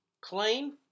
clean